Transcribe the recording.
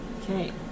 Okay